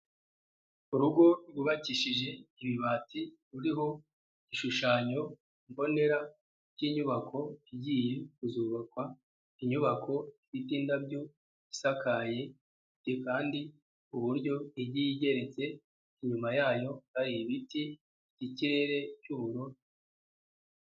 Urugo rwubakishije ibibati ruriho igishushanyo mbonera k'inyubako igiye kuzubakwa, inyubako ifite indabyo, isakaye, ifite kandi uburyo iyiye igeretse, inyuma yayo hari ibiti n'ikirere cy'ubururu.